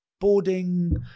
boarding